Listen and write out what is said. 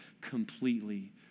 completely